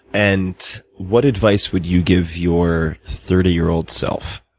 and what advice would you give your thirty year old self?